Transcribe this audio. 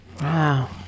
Wow